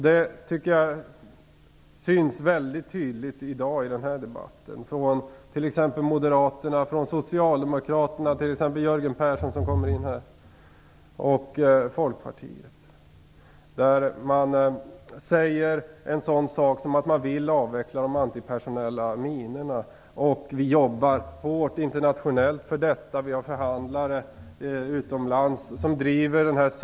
Det tycker jag syns mycket tydligt i den här debatten i dag. Det gäller Moderaterna, Socialdemokraterna - t.ex. Jörgen Persson som nu åter kommer in i kammaren - och Folkpartiet. Man säger t.ex. att man vill avveckla de antipersonella minorna. Man säger att man jobbar hårt internationellt för detta och att man har förhandlare utomlands som driver den här frågan.